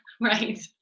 right